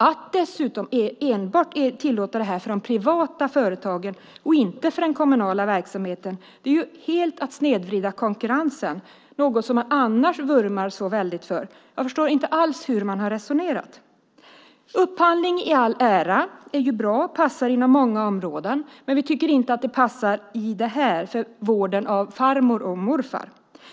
Att dessutom tillåta detta enbart för privata företag - inte för kommunal verksamhet - är att helt snedvrida konkurrensen. Men annars vurmar man ju så mycket för konkurrens. Jag förstår inte alls hur man har resonerat. Upphandling i all ära är bra och passar inom många områden. Men vi tycker inte att det passar med upphandling när det gäller vården av farmor och morfar.